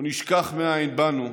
לא נשכח מאין באנו,